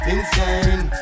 Insane